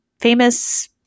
Famous